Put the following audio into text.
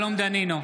בעד אריה מכלוף